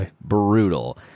brutal